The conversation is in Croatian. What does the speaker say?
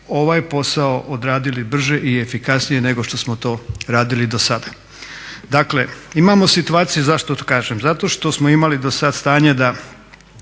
ovaj posao odradili brže i efikasnije nego što smo to radili dosada. Dakle, imamo situaciju zašto to kažem, zato što smo imali dosad stanje da,